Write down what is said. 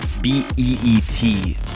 B-E-E-T